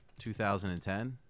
2010